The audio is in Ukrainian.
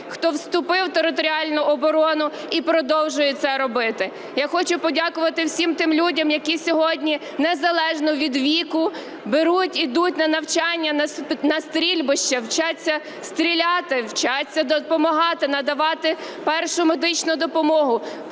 хто вступив в територіальну оборону і продовжує це робити. Я хочу подякувати всім тим людям, які сьогодні незалежно від віку беруть йдуть на навчання, на стрільбища, вчаться стріляти, вчаться допомагати, надавати першу медичну допомогу,